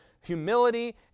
humility